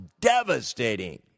devastating